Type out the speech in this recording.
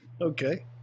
Okay